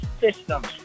systems